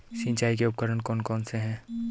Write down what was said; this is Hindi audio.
सिंचाई के उपकरण कौन कौन से हैं?